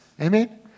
Amen